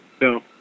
No